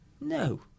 No